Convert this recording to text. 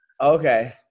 Okay